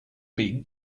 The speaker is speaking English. big